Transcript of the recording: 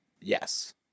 Yes